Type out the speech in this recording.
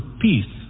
peace